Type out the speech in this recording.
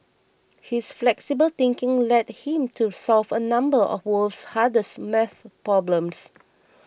his flexible thinking led him to solve a number of the world's hardest math problems